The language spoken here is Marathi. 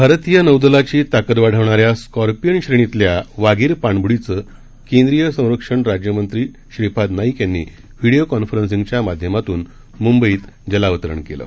भारतीय नौदलाची ताकद वाढवणाऱ्या स्कॉर्पीअन श्रेणीतल्या वागीर पाणबुडीचं केंद्रीय संरक्षण राज्यमंत्री श्रीपाद नाईक यांनी यांनी व्हिडिओ कॉन्फरंसिंगच्या माध्यमातून मुंबईत जलावतरण केलं